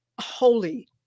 holy